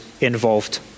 involved